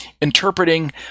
interpreting